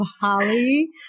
Holly